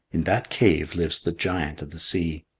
in that cave lives the giant of the sea.